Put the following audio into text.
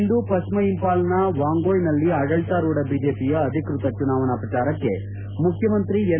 ಇಂದು ಪಶ್ಚಿಮ ಇಂಪಾಲ್ನ ವಾಂಗೂಯ್ನಲ್ಲಿ ಆಡಳಿತಾರೂಢ ಬಿಜೆಪಿಯ ಅಧಿಕೃತ ಚುನಾವಣಾ ಪ್ರಚಾರಕ್ಕೆ ಮುಖ್ಯಮಂತ್ರಿ ಎನ್